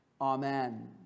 Amen